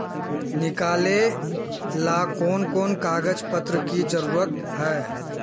निकाले ला कोन कोन कागज पत्र की जरूरत है?